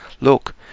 Look